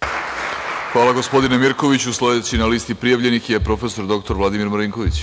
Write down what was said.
Krkobabić** Hvala gospodine Mirkoviću. Sledeći na listi prijavljenih je prof. dr Vladimir Marinković.